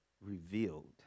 revealed